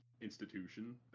institution